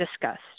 discussed